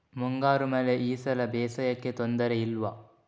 ಮುಂಗಾರು ಮಳೆ ಈ ಸಲ ಬೇಸಾಯಕ್ಕೆ ತೊಂದರೆ ಇಲ್ವ?